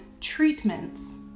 treatments